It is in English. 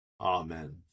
Amen